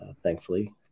thankfully